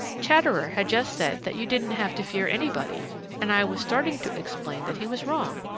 chatterer had just said that you didn't have to fear anybody and i was starting to explain that he was wrong,